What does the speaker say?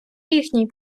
їхній